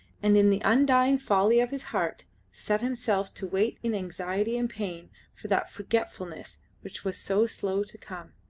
and in the undying folly of his heart set himself to wait in anxiety and pain for that forgetfulness which was so slow to come.